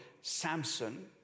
Samson